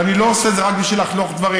ואני לא עושה את זה רק בשביל לחנוך דברים.